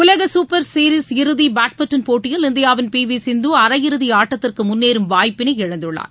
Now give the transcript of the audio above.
உலக super series இறுதி badminton போட்டியில் இந்தியாவின் பி வி சிந்து அரையிறுதி ஆட்டத்திற்கு முன்னேறும் வாய்ப்பினை இழந்துள்ளார்